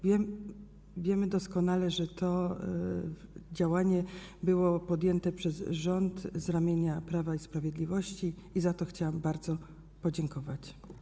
Wiemy doskonale, że to działanie było podjęte przez rząd z ramienia Prawa i Sprawiedliwości i za to chciałam bardzo podziękować.